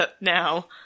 now